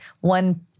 one